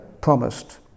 promised